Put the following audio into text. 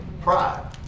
Pride